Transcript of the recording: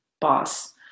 boss